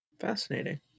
Fascinating